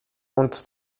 und